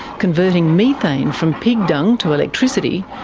converting methane from pig dung to electricity,